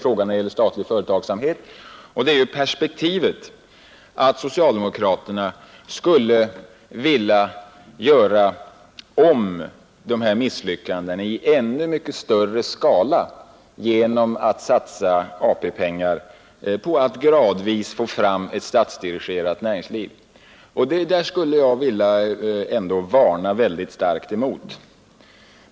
För det andra har man perspektivet att socialdemokraterna skulle vilja göra om misslyckandena i ännu mycket större skala genom att satsa AP-pengar på att gradvis få fram ett statsdirigerat näringsliv. Det skulle jag vilja varna starkt emot.